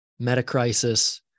metacrisis